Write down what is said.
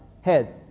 heads